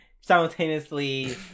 simultaneously